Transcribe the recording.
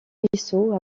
ruisseau